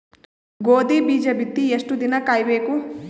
ಗೋಧಿ ಬೀಜ ಬಿತ್ತಿ ಎಷ್ಟು ದಿನ ಕಾಯಿಬೇಕು?